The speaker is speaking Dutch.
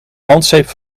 handzeep